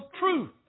truth